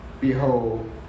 Behold